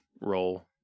role